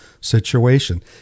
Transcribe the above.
situation